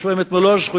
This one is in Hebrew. יש להם את מלוא הזכויות